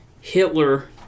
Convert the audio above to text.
Hitler